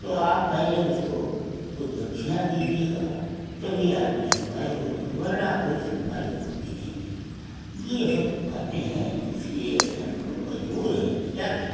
तो आप पहले उसको कुछ दक्षिणा दीजिएगा तभी आपकी सुनवाई होगी वरना कोई सुनवाई होती नहीं है ये सब बातें हैं इसलिए हम लोग मजबूर हैं क्या करें